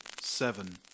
seven